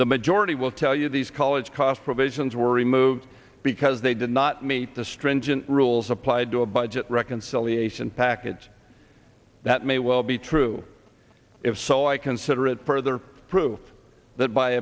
the majority will tell you these college cost provisions were removed because they did not meet the stringent rules applied to a budget reconciliation package that may well be true if so i consider it further proof that by